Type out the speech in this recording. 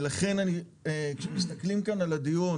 לכן כשמסתכלים כאן על הדיון,